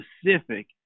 specific